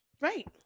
Right